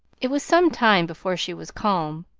it was some time before she was calm,